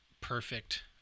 perfect